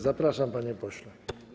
Zapraszam, panie pośle.